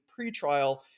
pretrial